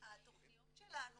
התוכניות שלנו